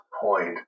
point